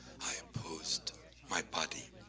i posed my body.